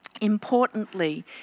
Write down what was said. Importantly